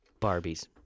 Barbies